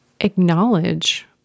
acknowledge